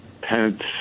Pence